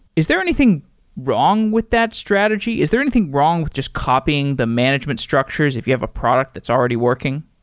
is there anything wrong with that strategy? is there anything wrong with just copying the management structures if you have a product that's already working?